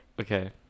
okay